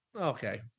okay